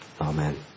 Amen